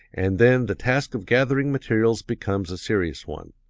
and then the task of gathering materials becomes a serious one.